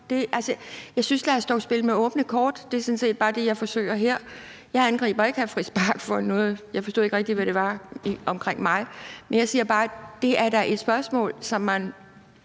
Jeg synes: Lad os dog spille med åbne kort. Det er sådan set bare det, jeg forsøger her. Jeg angriber ikke hr. Christian Friis Bach for noget – jeg forstod ikke rigtigt, hvad det var omkring mig – men jeg siger bare: Det er da et spørgsmål, som man